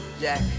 Jack